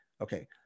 okay